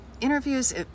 interviews